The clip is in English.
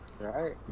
Right